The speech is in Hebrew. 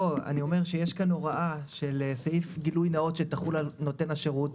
פה הוראה של סעיף גילוי נאות שתחול על נותן השירות.